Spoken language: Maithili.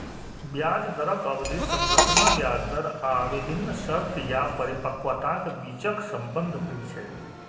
ब्याज दरक अवधि संरचना ब्याज दर आ विभिन्न शर्त या परिपक्वताक बीचक संबंध होइ छै